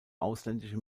ausländische